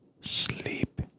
sleep